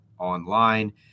online